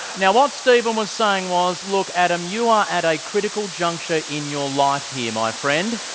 now what steven was saying was, look, adam, you are at a critical juncture in your life here, my friend.